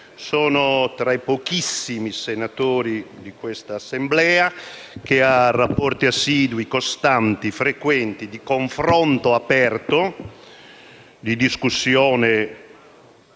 Sono tra i pochissimi senatori di quest'Assemblea ad avere rapporti assidui, costanti, frequenti, di confronto aperto, di discussione